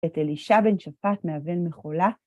את אלישה בן שפט מהבן מחולה.